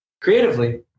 creatively